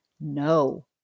no